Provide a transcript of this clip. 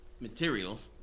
materials